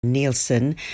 Nielsen